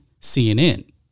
CNN